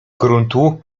gruntu